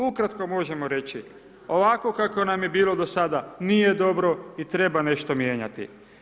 Ukratko možemo reći, ovako kako nam je bilo do sada, nije dobro i treba nešto mijenjati.